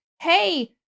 Hey